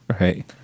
Right